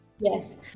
Yes